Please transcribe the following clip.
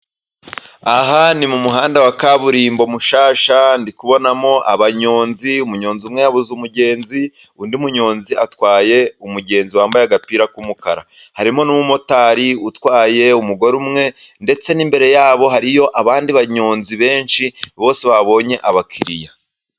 Aha ni mu muhanda wa kaburimbo mushyashya ndi kubonamo abanyonzi umunyonzi umwe yabuze umugenzi, undi munyonzi atwaye umugenzi wambaye agapira k'umukara. Harimo n'umumotari utwaye umugore umwe ndetse n'imbere yabo hariyo abandi banyonzi benshi bose babonye abakiriya.